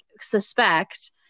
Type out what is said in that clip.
suspect